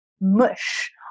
mush